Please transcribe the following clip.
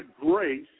grace